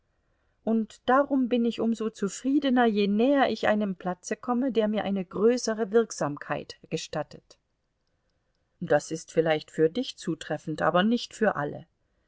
und darum bin ich um so zufriedener je näher ich einem platze komme der mir eine größere wirksamkeit gestattet das ist vielleicht für dich zutreffend aber nicht für alle